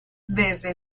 desde